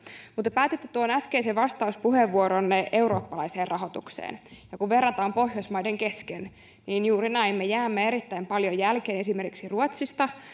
mutta te päätitte tuon äskeisen vastauspuheenvuoronne eurooppalaiseen rahoitukseen ja kun verrataan pohjoismaiden kesken niin juuri näin me jäämme erittäin paljon jälkeen esimerkiksi ruotsista